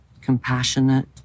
Compassionate